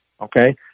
okay